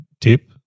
tip